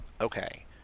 Okay